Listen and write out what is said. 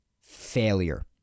failure